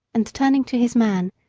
and turning to his man,